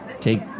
take